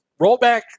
rollback